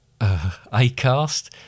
Acast